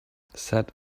said